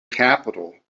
capital